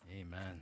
Amen